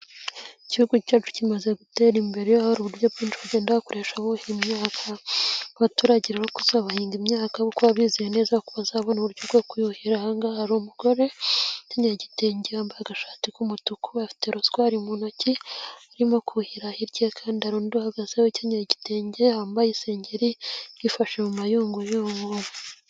Igihugu cyacu kimaze gutera imbere, aho hari uburyo bwinshi bagenda bakoresha buhira imyaka, abaturage bakuze bahinga imyaka kuko baba bizeye neza ko bazabona uburyo bwo kuhira, ahangaha hari umugore uyagitenge yambaye agashati k'umutuku afite rozwari mu ntoki arimo kuhira, hirya kandi hari undi uhagaze ukenyera igitenge yambaye isengeri yifashe mu mayunguyungu.